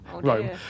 Rome